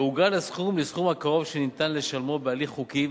יעוגל הסכום לסכום הקרוב שניתן לשלמו בהליך חוקי,